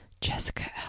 Jessica